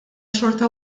xorta